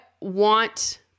want